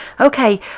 Okay